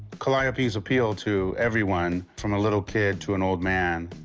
calliopes appeal to everyone, from a little kid to an old man.